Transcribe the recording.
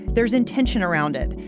there's intention around it,